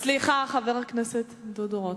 סליחה, חבר הכנסת דודו רותם.